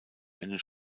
einen